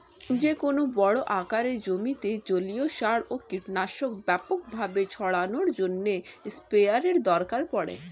যেকোনো বড় আকারের জমিতে জলীয় সার ও কীটনাশক ব্যাপকভাবে ছড়ানোর জন্য স্প্রেয়ারের দরকার পড়ে